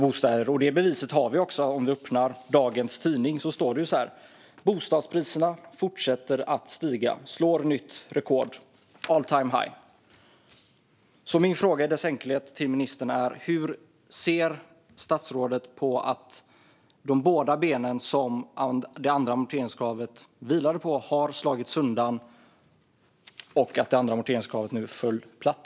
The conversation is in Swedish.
Bevis på det ser vi också om vi öppnar dagens tidning, där vi ser rubriker som: Bostadspriserna fortsätter att stiga - slår nytt rekord. All time high. Min fråga till ministern är i all enkelhet: Hur ser statsrådet på att de båda ben som det andra amorteringskravet vilade på har slagits undan och att amorteringskravet nu har fallit platt?